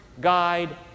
guide